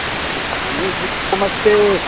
हनी ji नमस्ते